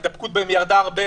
ההידבקות בהם ירדה הרבה,